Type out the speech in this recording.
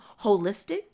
holistic